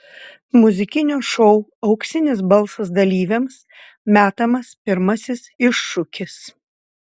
muzikinio šou auksinis balsas dalyviams metamas pirmasis iššūkis